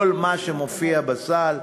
כל מה שמופיע בסל,